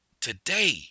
today